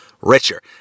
richer